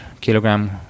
kilogram